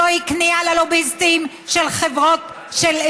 זוהי כניעה ללוביסטים של העיתונות.